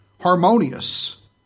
Harmonious